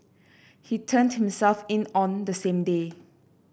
he turned himself in on the same day